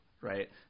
right